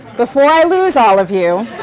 before i lose all of you